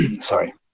Sorry